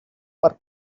per